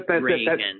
Reagan